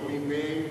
לא מיניה,